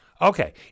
Okay